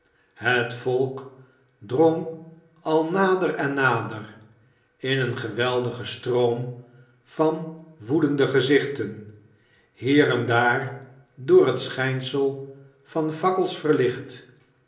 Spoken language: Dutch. het volk drong al nader en nader in een geweldigen stroom van woedende gezichten hier en daar door het schijnsel van fakkels verlicht